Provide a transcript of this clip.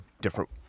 different